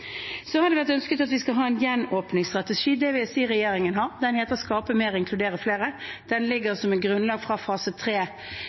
Så har det vært ønsket at vi skal ha en gjenåpningsstrategi. Det vil jeg si at regjeringen har. Den heter «skape mer og inkludere flere». Den ligger